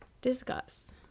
discuss